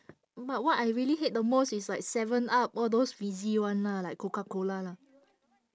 but what I really hate the most is like 7 Up all those fizzy [one] lah like Coca-Cola lah